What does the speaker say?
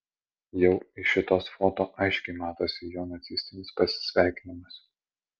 jau iš šitos foto aiškiai matosi jo nacistinis pasisveikinimas